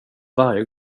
varje